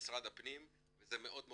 משרד הפנים וזה מאוד נגיש,